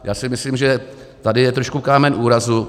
Já si myslím, že tady je trošku kámen úrazu.